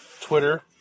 Twitter